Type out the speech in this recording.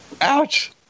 Ouch